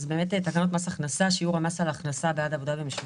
אז באמת תקנות מס הכנסה (שיעור המס על הכנסה בעד עבודה במשמרות)